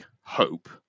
hope